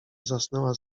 zasnęła